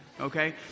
Okay